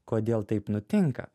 kodėl taip nutinka